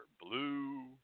blue